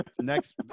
Next